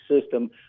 system